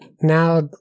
now